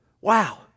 wow